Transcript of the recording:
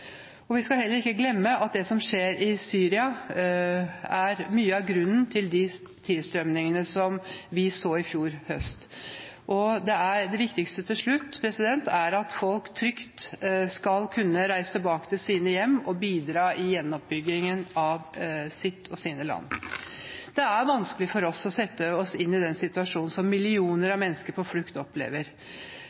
komplisert. Vi skal heller ikke glemme at det som skjer i Syria, er mye av grunnen til den tilstrømningen vi så i fjor høst. Det viktigste til slutt er at folk trygt skal kunne reise tilbake til sine hjem og bidra i gjenoppbyggingen av sitt land. Det er vanskelig for oss å sette oss inn i den situasjonen som millioner av mennesker på flukt opplever.